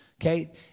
Okay